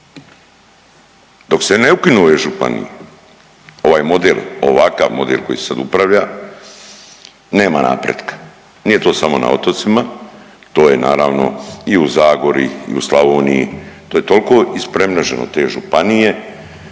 Dok se ne ukinu ove županije, ovaj model, ovakav model koji se sada upravlja nema napretka. Nije to samo na otocima, to je naravno i u Zagori i u Slavoniji. To je tolko ispremreženo te županije,